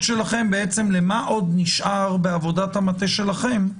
שלכם למה שעוד נשאר בעבודת המטה שלכם,